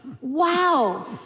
Wow